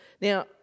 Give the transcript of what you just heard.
Now